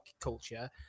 culture